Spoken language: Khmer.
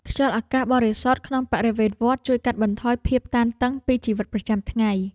ខ្យល់អាកាសបរិសុទ្ធក្នុងបរិវេណវត្ត ជួយកាត់បន្ថយភាពតានតឹងពីជីវិតប្រចាំថ្ងៃ។